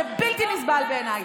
זה בלתי נסבל בעיניי.